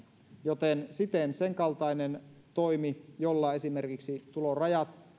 joten siten senkaltainen toimi jolla esimerkiksi tulorajat